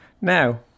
Now